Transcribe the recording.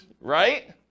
right